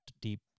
deep